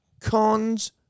Cons